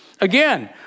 Again